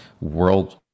world